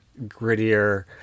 grittier